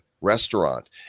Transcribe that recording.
restaurant